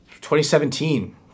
2017